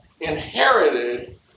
inherited